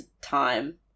time